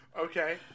okay